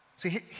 See